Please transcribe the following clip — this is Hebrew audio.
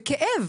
בכאב,